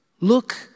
look